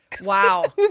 Wow